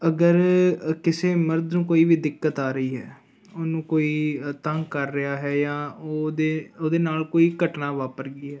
ਅਗਰ ਕਿਸੇ ਮਰਦ ਨੂੰ ਕੋਈ ਵੀ ਦਿੱਕਤ ਆ ਰਹੀ ਹੈ ਉਹਨੂੰ ਕੋਈ ਤੰਗ ਕਰ ਰਿਹਾ ਹੈ ਜਾਂ ਉਹਦੇ ਉਹਦੇ ਨਾਲ ਕੋਈ ਘਟਨਾ ਵਾਪਰ ਗਈ ਹੈ